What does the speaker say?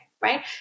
right